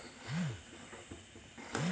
ನನ್ನ ತಂಗಿಯ ಮದ್ವೆಗೆ ಸಾಲ ಬೇಕಿತ್ತು ಕೊಡ್ತೀರಾ?